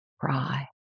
cry